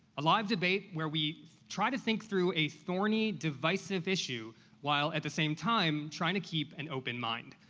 a live debate where we try to think through a thorny, divisive issue while, at the same time, trying to keep an open mind.